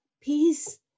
peace